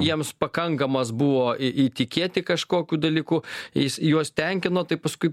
jiems pakankamas buvo į įtikėti kažkokiu dalyku jis juos tenkino tai paskui